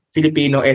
Filipino